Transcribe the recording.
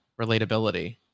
relatability